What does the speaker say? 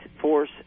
force